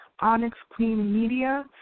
onyxcleanmedia